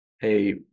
hey